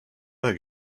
other